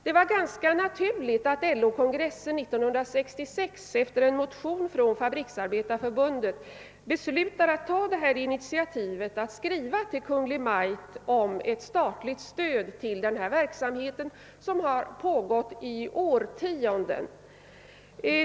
Det var ganska naturligt att LO-kongressen 1966 efter en motion från Fabriksarbetareförbundet beslutade att i skrivelse till Kungl. Maj:t begära ett statligt stöd till denna verksamhet, som har pågått i årtionden.